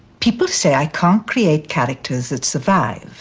people say i can't create characters that survive